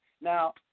Now